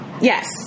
Yes